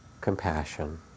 compassion